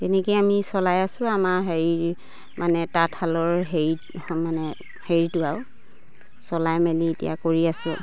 তেনেকে আমি চলাই আছোঁ আমাৰ হেৰি মানে তাঁতশালৰ হেৰিত মানে হেৰিটো আৰু চলাই মেলি এতিয়া কৰি আছোঁ আৰু